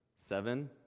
Seven